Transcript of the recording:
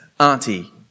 auntie